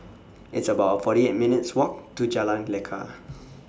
It's about forty eight minutes' Walk to Jalan Lekar